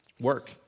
Work